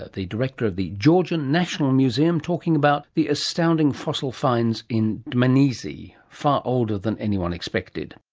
the director of the georgian national museum talking about the astounding fossil finds in dmanisi, far older than anyone expected